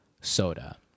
soda